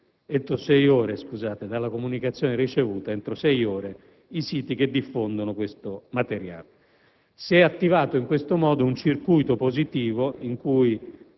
entro sei ore dalla comunicazione ricevuta i siti che diffondono questo materiale. Si è attivato in questo modo un circuito positivo in cui